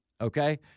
Okay